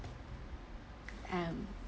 um